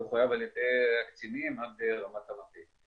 זה מחויב על ידי הקצינים עד רמת המטה.